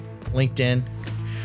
LinkedIn